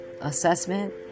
assessment